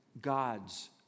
God's